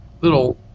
little